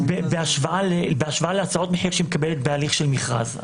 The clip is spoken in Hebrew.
בהשוואה להצעות מחיר שהיא מקבלת בהליך של מכרז.